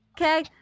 okay